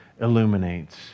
illuminates